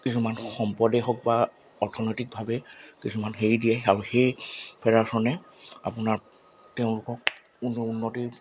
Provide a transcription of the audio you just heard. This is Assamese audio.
কিছুমান সম্পদেই হওক বা অৰ্থনৈতিকভাৱে কিছুমান হেৰি দিয়ে আৰু সেই ফেডাৰেশ্যনে আপোনাৰ তেওঁলোকক উন্নতি